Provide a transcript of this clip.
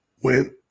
went